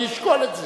אני אשקול את זה.